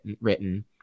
written